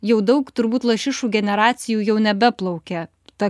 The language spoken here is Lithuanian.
jau daug turbūt lašišų generacijų jau nebeplaukia ta